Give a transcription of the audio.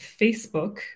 Facebook